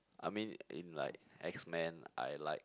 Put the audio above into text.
I mean in like X man I like